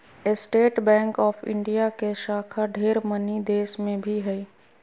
state bank of India के शाखा ढेर मनी देश मे भी हय